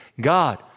God